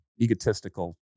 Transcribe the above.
egotistical